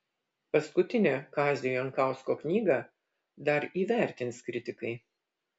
paskutinę kazio jankausko knygą dar įvertins kritikai